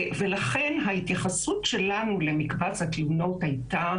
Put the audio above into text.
ולכן ההתייחסות שלנו למקבץ התלונות הייתה